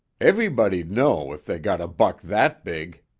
everybody'd know if they got a buck that big.